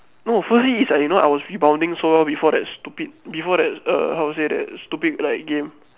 no firstly is like you know I was rebounding so before that stupid before that err how do you say that stupid like game